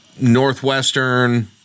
Northwestern